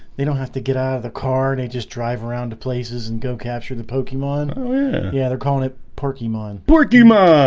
they don't have to get out of the car they just drive around to places and go capture the pokemon. oh yeah, yeah they're calling it pokemon pokemon and